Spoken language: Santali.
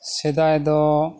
ᱥᱮᱫᱟᱭ ᱫᱚ